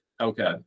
Okay